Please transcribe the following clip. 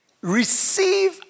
receive